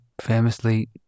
famously